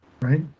right